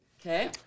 Okay